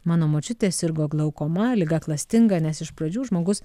mano močiutė sirgo glaukoma liga klastinga nes iš pradžių žmogus